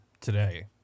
today